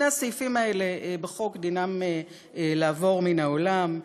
שני הסעיפים האלה בחוק, דינם לעבור מן העולם.